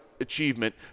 achievement